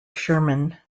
sherman